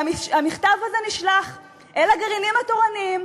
והמכתב הזה נשלח אל הגרעינים התורניים,